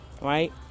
right